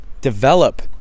develop